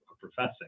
professing